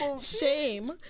shame